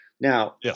Now